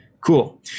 Cool